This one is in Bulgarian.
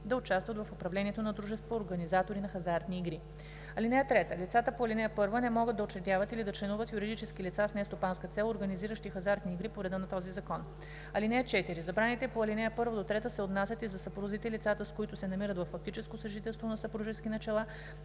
да участват в управлението на дружества – организатори на хазартни игри. (3) Лицата по ал. 1 не могат да учредяват и да членуват в юридически лица с нестопанска цел, организиращи хазартни игри по реда на този закон. (4) Забраните по ал. 1 – 3 се отнасят и за съпрузите, лицата, с които се намират във фактическо съжителство на съпружески начала,